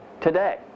today